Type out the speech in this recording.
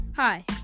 Hi